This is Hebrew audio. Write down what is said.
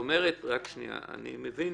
כאשר אתה מצלצל